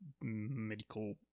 medical